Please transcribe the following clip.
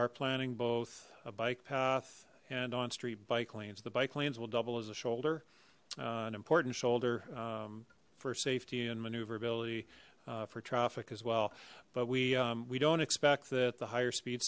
are planning both a bike path and on street bike lanes the bike lanes will double as a shoulder an important shoulder for safety and maneuverability for traffic as well but we we don't expect that the higher speed